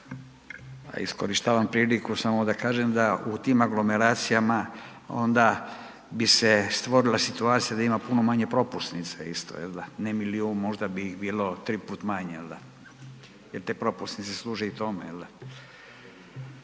Iskorištavam priliku samo da kažem da u tim aglomeracijama onda bi se stvorila situacija da ima puno manje propusnica isto, jel da, ne milijun, možda bi ih bilo 3 put manje jel da, jel te propusnice služe i tome